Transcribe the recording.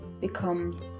becomes